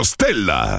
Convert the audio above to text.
Stella